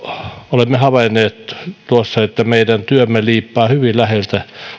olemme havainneet että meidän työmme liippaa hyvin läheltä